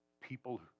people